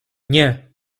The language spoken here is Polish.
nie